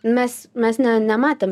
mes mes ne nematėm